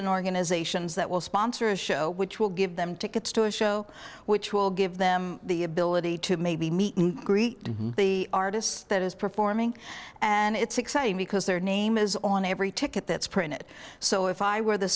and organizations that will sponsor a show which will give them tickets to a show which will give them the ability to maybe meet and greet the artists that is performing and it's exciting because their name is on every ticket that's printed so if i were the